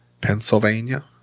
Pennsylvania